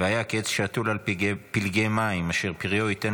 והיה כעץ שתול על פלגי מים אשר פריו יתן